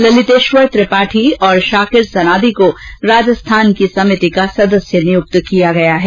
ललितेश्वर त्रिपाठी और शाकिर सनादि को राजस्थान की समिति का सदस्य नियुक्त किया गया है